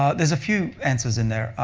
ah there's a few answers in there.